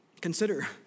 consider